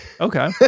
Okay